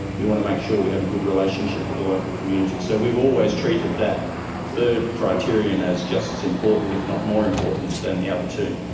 we want to make sure we have a good relationship with the local community. so we've always treated that third criterion as just as important if not more important than the other two.